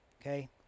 okay